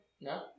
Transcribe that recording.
No